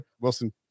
Wilson